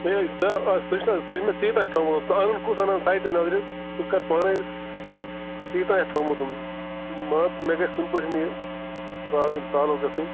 مےٚ سُہ آ سُہ چھُ سُہ چھُ مےٚ ژےٚ تانۍ تھومُت ژٕ اَنُن کُس اَن ہَن سایٹہِ نظرِ سُہ کَرٕ پانے ژےٚ تانیتھ تھومُت مان ژٕ مےٚ گژھِ کنہٕ پٲٹھۍ یہِ پرٛابلِم سالو گژھٕنۍ